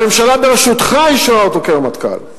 הממשלה בראשותך אישרה אותו כרמטכ"ל.